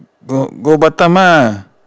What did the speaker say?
go go batam ah